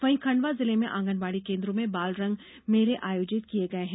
वहीं खंडवा जिले में आंगनवाड़ी केन्द्रों में बालरंग मेले आयोजित किये गये हैं